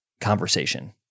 conversation